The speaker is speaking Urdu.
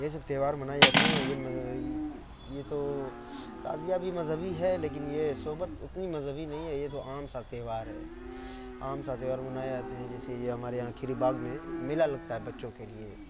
یہ سب تہوار منائے جاتے ہیں یہ تو تازیہ بھی مذہبی ہے لیکن یہ صحبت اتنی مذہبی نہیں ہے یہ تو عام سا تہوار ہے عام سا تہوار منائے جاتے ہیں جیسے یہ ہمارے یہاں کھیری باغ میں میلہ لگتا ہے بچوں کے لیے